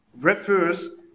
refers